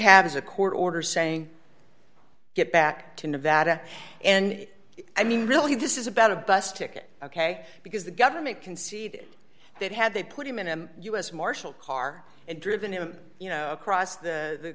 have is a court order saying get back to nevada and i mean really this is about a bus ticket ok because the government conceded that had they put him in and u s marshal car and driven him you know across the